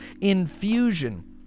infusion